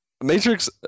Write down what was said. Matrix